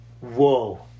Whoa